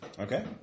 Okay